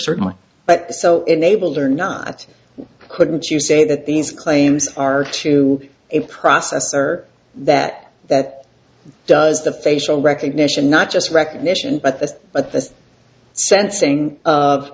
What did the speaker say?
certainly but so enabled or not couldn't you say that these claims are to a processor that that does the facial recognition not just recognition but this but this sensing of